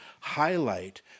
highlight